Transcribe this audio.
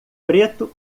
preto